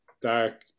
dark